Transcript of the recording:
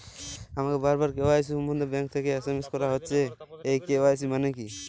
আমাকে বারবার কে.ওয়াই.সি সম্বন্ধে ব্যাংক থেকে এস.এম.এস করা হচ্ছে এই কে.ওয়াই.সি মানে কী?